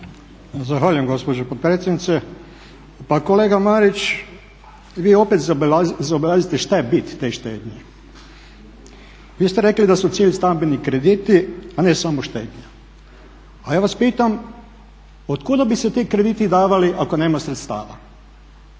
Zahvaljujem gospođo potpredsjednice. Pa kolega Marić, vi opet zaobilazite šta je bit te štednje. Vi ste rekli da su cilj stambeni krediti a ne samo štednja. A ja vas pitam otkuda bi se ti krediti i davali ako nema sredstava.